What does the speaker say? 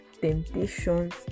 temptations